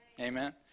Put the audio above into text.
Amen